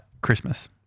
Christmas